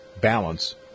balance